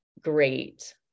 great